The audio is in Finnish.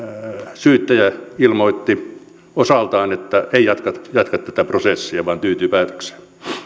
syyttäjä ilmoitti osaltaan että ei jatka tätä prosessia vaan tyytyy päätökseen